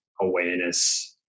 awareness